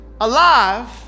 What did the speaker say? alive